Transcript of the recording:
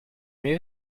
mes